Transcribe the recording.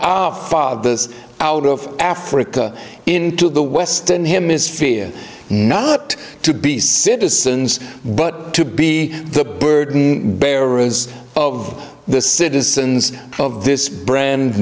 this out of africa into the western hemisphere not to be citizens but to be the burden bearers of the citizens of this brand